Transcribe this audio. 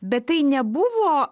bet tai nebuvo